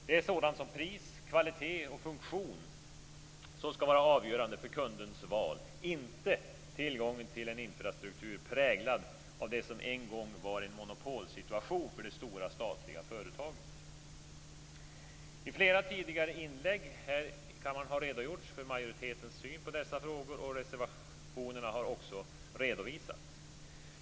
Det är sådant som pris, kvalitet och funktion som skall vara avgörande för kundens val, inte tillgången till en infrastruktur präglad av det som en gång var en monopolsituation för det stora statliga företaget. I flera tidigare inlägg har redogjorts för majoritetens syn på dessa frågor, och reservationerna har också redovisats.